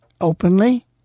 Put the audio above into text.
openly